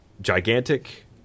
Gigantic